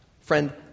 Friend